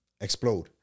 explode